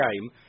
game